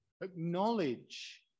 acknowledge